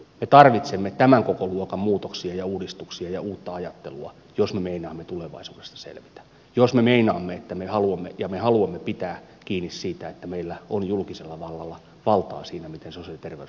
me tarvitsemme tämän kokoluokan muutoksia ja uudistuksia ja uutta ajattelua jos me meinaamme tulevaisuudesta selvitä jos me meinaamme että me haluamme ja me haluamme pitää kiinni siitä että meillä on julkisella vallalla valtaa siinä miten sosiaali ja terveyspalvelut järjestetään